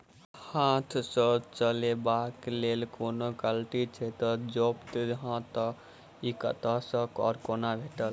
हाथ सऽ चलेबाक लेल कोनों कल्टी छै, जौंपच हाँ तऽ, इ कतह सऽ आ कोना भेटत?